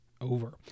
over